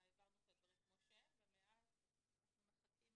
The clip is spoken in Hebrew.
העברנו את הדברים כמו שהם ומאז אנחנו מחכים